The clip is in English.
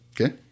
Okay